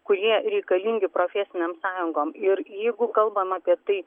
kurie reikalingi profesinėm sąjungom ir jeigu kalbam apie tai